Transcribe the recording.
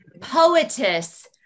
poetess